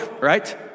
Right